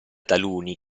taluni